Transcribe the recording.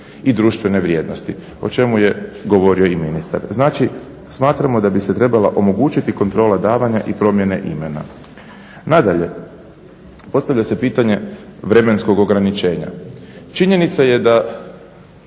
i društvene vrijednosti o čemu je govorio i ministar. Znači smatramo da bi se trebala omogućiti kontrola davanja i promjene imena. Nadalje, postavlja se pitanje vremenskog ograničenja. Činjenica je da